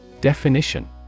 Definition